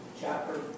chapter